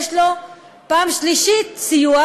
ויש לו פעם שלישית סיוע,